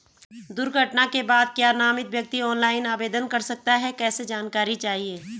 दुर्घटना के बाद क्या नामित व्यक्ति ऑनलाइन आवेदन कर सकता है कैसे जानकारी चाहिए?